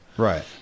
Right